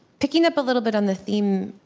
picking up a little bit on the theme,